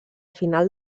final